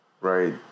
right